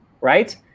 right